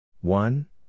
One